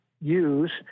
use